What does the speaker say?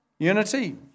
Unity